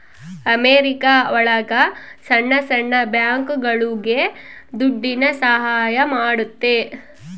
America ಒಳಗ ಸಣ್ಣ ಸಣ್ಣ ಬ್ಯಾಂಕ್ಗಳುಗೆ ದುಡ್ಡಿನ ಸಹಾಯ ಮಾಡುತ್ತೆ